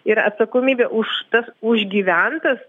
ir atsakomybė už tas užgyventas